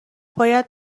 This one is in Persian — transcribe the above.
باید